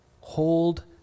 Hold